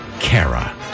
Kara